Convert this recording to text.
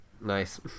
Nice